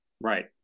Right